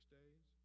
days